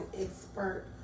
expert